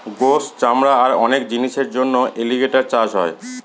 গোস, চামড়া আর অনেক জিনিসের জন্য এলিগেটের চাষ হয়